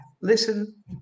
listen